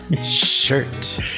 shirt